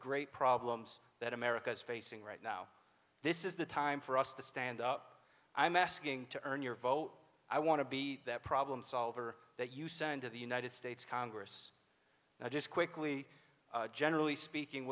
great problems that america is facing right now this is the time for us to stand up i'm asking to earn your vote i want to be the problem solver that you send to the united states congress now just quickly generally speaking